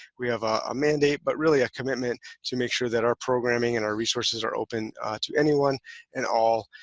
we have a mandate, but really a commitment to make sure that our programming and our resources are open to anyone and all.